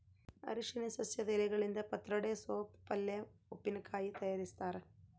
ಅರಿಶಿನ ಸಸ್ಯದ ಎಲೆಗಳಿಂದ ಪತ್ರೊಡೆ ಸೋಪ್ ಪಲ್ಯೆ ಉಪ್ಪಿನಕಾಯಿ ತಯಾರಿಸ್ತಾರ